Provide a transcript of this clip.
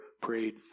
prayed